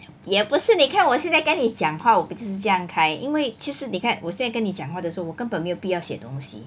也不是你看我现在跟你讲话我也是这样开因为其实你看我现在跟你讲话的时候我根本没有必要写东西